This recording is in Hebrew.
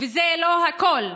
וזה לא הכול.